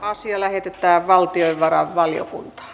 asia lähetettiin valtiovarainvaliokuntaan